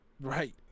right